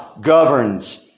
governs